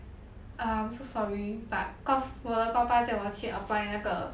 I'm so sorry but cause 我的爸爸叫我去 apply 那个